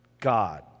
God